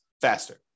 faster